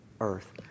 Earth